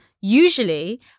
usually